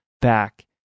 back